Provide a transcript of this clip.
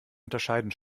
unterscheiden